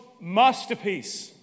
masterpiece